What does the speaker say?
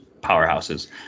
powerhouses